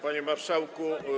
Panie Marszałku!